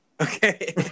okay